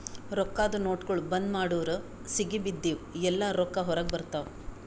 ರೊಕ್ಕಾದು ನೋಟ್ಗೊಳ್ ಬಂದ್ ಮಾಡುರ್ ಸಿಗಿಬಿದ್ದಿವ್ ಎಲ್ಲಾ ರೊಕ್ಕಾ ಹೊರಗ ಬರ್ತಾವ್